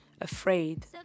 afraid